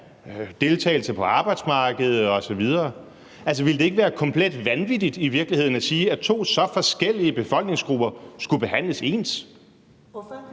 deltagelse på arbejdsmarkedet osv.? Altså, ville det i virkeligheden ikke være komplet vanvittigt at sige, at to så forskellige befolkningsgrupper skulle behandles ens? Kl.